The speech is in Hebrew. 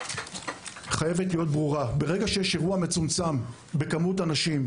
חייבת להיות הבנה שכאשר יש אירוע מצומצם בכמות אנשים